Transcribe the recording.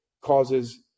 causes